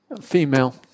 female